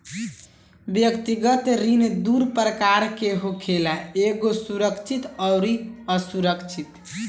व्यक्तिगत ऋण दू प्रकार के होखेला एगो सुरक्षित अउरी असुरक्षित